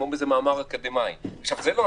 כמו איזה מאמר אקדמי זה לא,